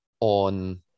on